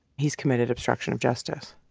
he's committed obstruction of justice?